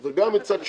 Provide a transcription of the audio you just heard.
אבל גם מצד שני,